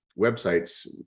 websites